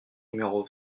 numéro